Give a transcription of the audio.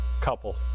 couple